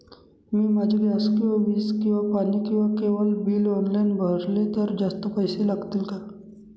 मी माझे गॅस किंवा वीज किंवा पाणी किंवा केबल बिल ऑनलाईन भरले तर जास्त पैसे लागतील का?